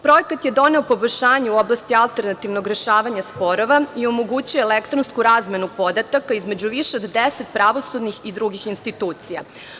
Projekat je doneo poboljšanje u oblasti alternativnog rešavanja sporova i omogućio je elektronsku razmenu podataka između više od 10 pravosudnih i drugih institucija.